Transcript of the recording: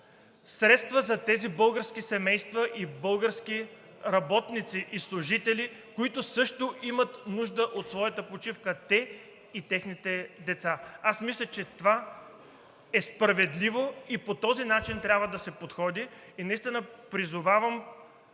средства за тези български семейства и български работници и служители, които също имат нужда от своята почивка – те и техните деца? Аз мисля, че това е справедливо и по този начин трябва да се подходи и наистина призовавам